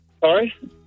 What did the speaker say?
Sorry